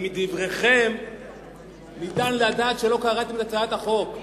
כי מדבריכם אפשר לדעת שלא קראתם את הצעת החוק.